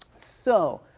so